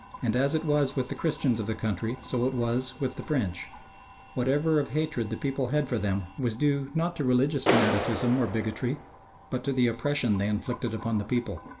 and as it was with the christians of the country so it was with the french whatever of hatred the people had for them was due not to religious fanaticism or bigotry but to the oppression they inflicted upon the people.